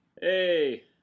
Hey